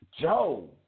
Joe